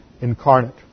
incarnate